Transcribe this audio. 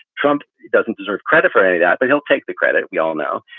trump doesn't deserve credit for and that. but he'll take the credit. we all know.